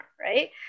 right